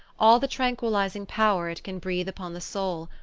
all the tranquilizing power it can breathe upon the soul,